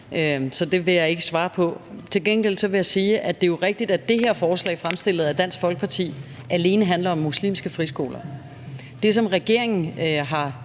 så det vil jeg ikke svare på. Til gengæld vil jeg sige, at det jo er rigtigt, at det her forslag, fremsat af Dansk Folkeparti, alene handler om muslimske friskoler. Det, som regeringen har